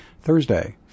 Thursday